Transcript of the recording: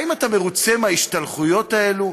האם אתה מרוצה מההשתלחויות האלה?